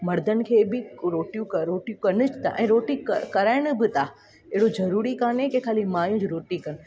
मर्दनि खे बि रोटियूं कर रोटियूं कनि था ऐं रोटी कराइनि बि था अहिड़ो ज़रूरी कोन्हे की ख़ाली मायूं रोटी कनि